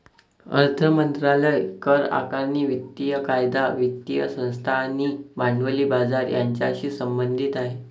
अर्थ मंत्रालय करआकारणी, वित्तीय कायदा, वित्तीय संस्था आणि भांडवली बाजार यांच्याशी संबंधित आहे